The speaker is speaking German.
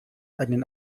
einen